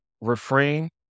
refrain